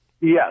Yes